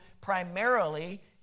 primarily